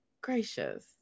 gracious